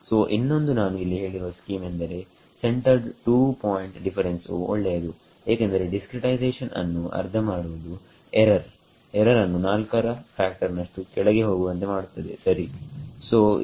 ಸೋಇನ್ನೊಂದು ನಾನು ಇಲ್ಲಿ ಹೇಳಿರುವ ಸ್ಕೀಮ್ ಎಂದರೆ ಸೆಂಟರ್ಡ್ ಟೂ ಪಾಯಿಂಟ್ ಡಿಫರೆನ್ಸ್ ವು ಒಳ್ಳೆಯದು ಏಕೆಂದರೆ ಡಿಸ್ಕ್ರಿಟೈಸೇಷನ್ಅನ್ನು ಅರ್ಧ ಮಾಡುವುದು ಎರರ್ ಅನ್ನು 4ರ ಫ್ಯಾಕ್ಟರ್ ನಷ್ಟು ಕೆಳಗೆ ಹೋಗುವಂತೆ ಮಾಡುತ್ತದೆ ಸರಿಸೋಇದು